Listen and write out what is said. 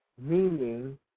Meaning